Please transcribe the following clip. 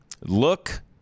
look